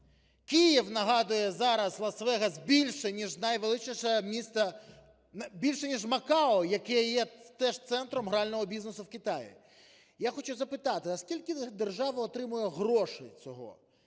Київ нагадує зараз Лас-Вегас більше ніж найвеличніше місто, більше ніж Макао, яке є теж центром грального бізнесу в Китаї. Я хочу запитати, а скільки держава отримує грошей цього?